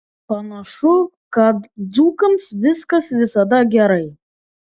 panašu kad dzūkams viskas visada gerai